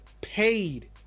paid